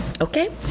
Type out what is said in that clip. okay